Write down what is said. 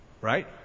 Right